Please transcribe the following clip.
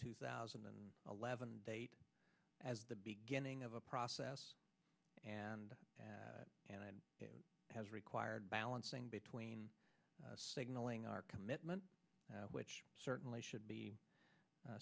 two thousand and eleven date as the beginning of a process and and it has required balancing between signaling our commitment which certainly should be